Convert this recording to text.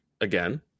again